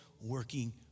working